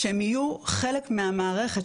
שהם יהיו חלק מהמערכת,